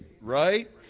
right